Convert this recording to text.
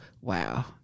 wow